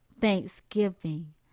thanksgiving